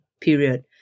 period